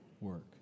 work